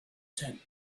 tent